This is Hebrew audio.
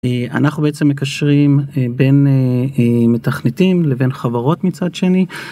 אנחנו בעצם מקשרים בין מתכנתים לבין חברות מצד שני.